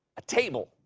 a table.